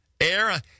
Air